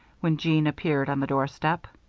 when jeanne appeared on the doorstep.